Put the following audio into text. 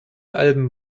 alben